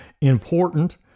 important